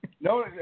No